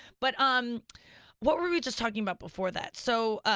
but um what were we just talking about before that? so ah